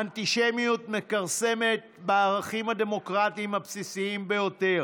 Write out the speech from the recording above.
האנטישמיות מכרסמת בערכים הדמוקרטיים הבסיסיים ביותר,